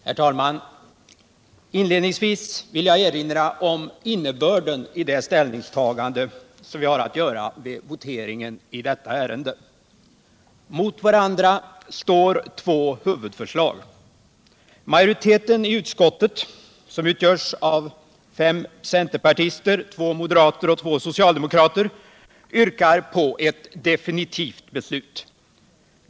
Herr talman! Inledningsvis vill jag erinra om innebörden av det ställningstagande som vi har att göra vid voteringen i detta ärende. Mot varandra står två huvudförslag. Majoriteten i utskottet, som utgörs av fem centerpartister, två moderater och två socialdemokrater, yrkar på ett definitivt beslut.